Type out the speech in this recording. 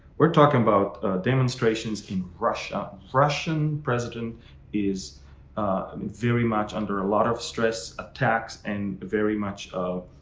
we're talking about demonstrations in russia. russian president is i mean very much under a lot of stress attacks and very much of,